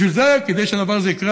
כדי שהדבר הזה יקרה,